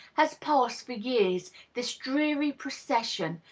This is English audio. has passed for years this dreary procession,